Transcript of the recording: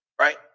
right